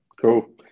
Cool